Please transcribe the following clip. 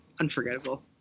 unforgettable